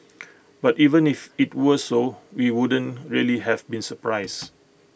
but even if IT was so we wouldn't really have been surprised